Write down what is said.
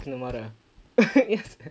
marah ya sia